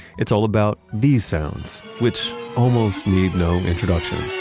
it's all about these sounds, which almost need no introduction